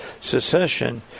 secession